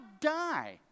die